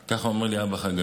כך אומר לי האבא חגי,